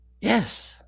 yes